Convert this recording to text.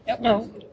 No